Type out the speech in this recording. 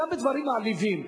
גם בדברים מעליבים.